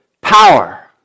power